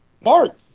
Mark